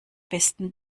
besten